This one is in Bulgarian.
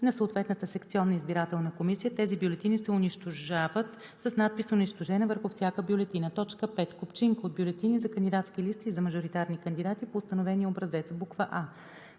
на съответната секционна избирателна комисия; тези бюлетини се унищожават с надпис „унищожена“ върху всяка бюлетина; 5. купчинка от бюлетини за кандидатски листи и за мажоритарни кандидати по установения образец: а)